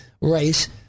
race